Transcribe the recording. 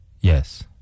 Yes